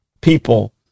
people